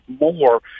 more